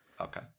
Okay